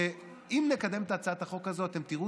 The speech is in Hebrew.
שאם נקדם את הצעת החוק הזאת אתם תראו